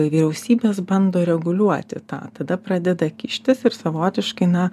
vyriausybės bando reguliuoti tą tada pradeda kištis ir savotiškai na